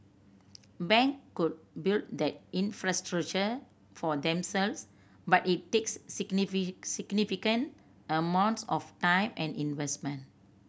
bank could build that infrastructure for themselves but it takes significant amounts of time and investment